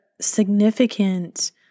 significant